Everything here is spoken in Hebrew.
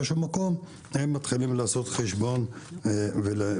באיזשהו מקום הם מתחילים לעשות חשבון ולהירתע.